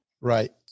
right